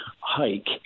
hike